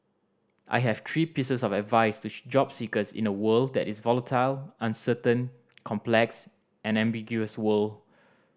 I have three pieces of advice to job seekers in a world that is volatile uncertain complex and ambiguous world